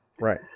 Right